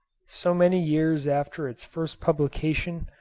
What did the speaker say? so many years after its first publication,